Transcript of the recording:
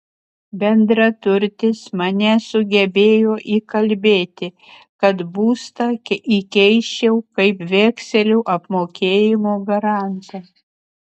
bendraturtis mane sugebėjo įkalbėti kad būstą įkeisčiau kaip vekselių apmokėjimo garantą